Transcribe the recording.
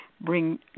bring